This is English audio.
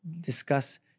discuss